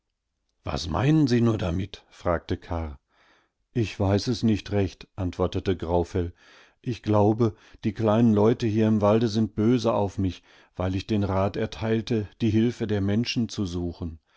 was meinen sie nur damit fragte karr ich weiß es nicht recht antwortetegraufell ichglaube diekleinenleutehierimwaldesindböseauf mich weil ich den rat erteilte die hilfe der menschen zu suchen